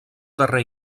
darrer